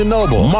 Noble